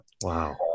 Wow